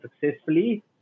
successfully